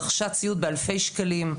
רכשה ציוד באלפי שקלים,